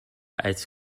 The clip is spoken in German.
als